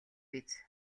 биз